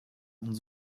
und